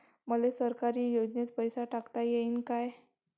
मले सरकारी योजतेन पैसा टाकता येईन काय?